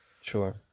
sure